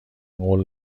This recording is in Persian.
قول